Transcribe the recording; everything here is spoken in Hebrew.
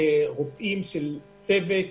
כמות הצוות